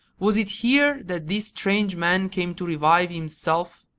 was it here that this strange man came to revive himself,